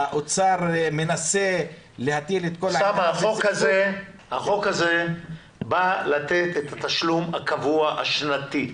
האוצר מנסה להטיל את כל --- החוק הזה בא לתת את התשלום הקבוע השנתי.